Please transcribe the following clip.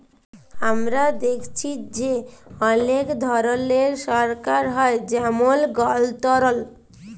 আমরা দ্যাখেচি যে অলেক ধরলের সরকার হ্যয় যেমল গলতলতর